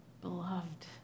Beloved